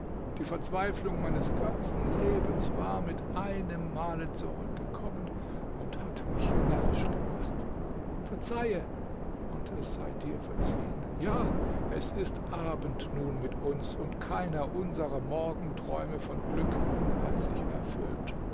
die verzweiflung meines ganzen lebens war mit einem male zurückgekommen und hat mich närrisch gemacht verzeihe und es sei dir verziehen ja es ist abend nun mit uns und keiner unserer morgenträume von glück hat sich erfüllt